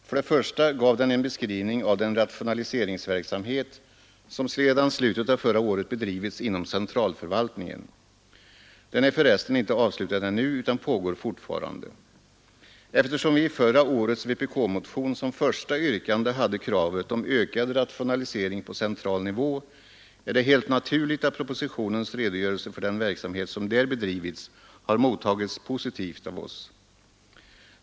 För det första gav den en beskrivning av den rationaliseringsverksamhet som sedan slutet av förra året bedrivits inom centralförvaltningen. Den är för resten inte avslutad ännu utan pågår fortfarande. Eftersom vi i förra årets vpk-motion som första yrkande hade kravet om ökad rationalisering på central nivå är det helt naturligt att propositionens redogörelse för den verksamhet som där bedrivits har mottagits positivt av oss.